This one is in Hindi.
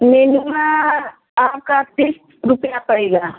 नेनुआ आपका तीस रुपये पड़ेगा